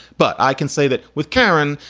but i can say that with karen,